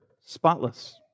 Spotless